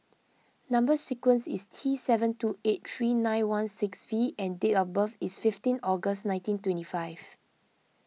Number Sequence is T seven two eight three nine one six V and date of birth is fifteen August nineteen twenty five